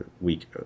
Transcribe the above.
week